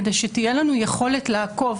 כדי שתהיה לנו יכולת לעקוב,